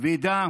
כבדה